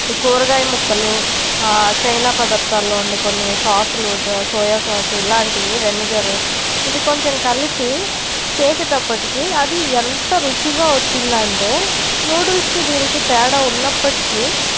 ఈ కూరగాయ ముక్కలు చైనా పదార్థాల్లో ఉండే కొన్ని సాసులు సోయా సాసులు ఇలాంటివి వెనిగర్ ఇవి కొంచెం కలిపి చేసేటప్పటికి అది ఎంత రుచిగా వచ్చిందంటే నూడుల్స్కి దీనికి తేడా ఉన్నప్పటికీ